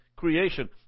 Creation